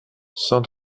cent